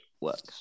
works